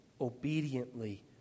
obediently